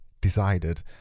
decided